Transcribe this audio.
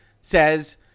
says